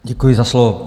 Děkuji za slovo.